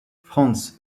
franz